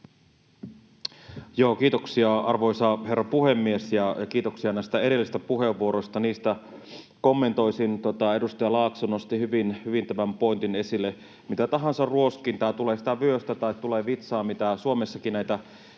Kiitoksia, arvoisa herra puhemies! Ja kiitoksia näistä edellisistä puheenvuoroista, niitä kommentoisin. Edustaja Laakso nosti hyvin esille tämän pointin: Mitä tahansa ruoskintaa, tulee sitä vyöstä tai tulee sitä vitsasta, mitä